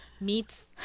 meats